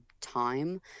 time